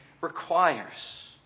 requires